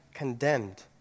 condemned